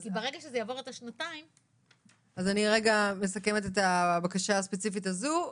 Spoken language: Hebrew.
אני רגע מסכמת את הבקשה הספציפית הזו.